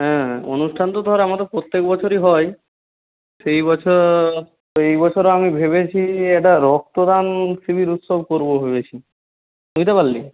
হ্যাঁ অনুষ্ঠান তো ধর আমাদের প্রত্যেক বছরই হয় বছর এই বছর আমি ভেবেছি একটা রক্তদান শিবির উৎসব করব ভেবেছি বুঝতে পারলে